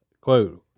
quote